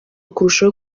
kurushaho